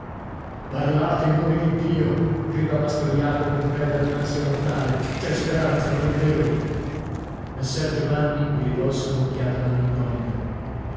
parlate in nome di dio gridò mastro jacopo in preda ad un'ansia mortale c'è speranza non è vero messer giovanni gli rivolse un'occhiata malinconica